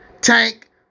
Tank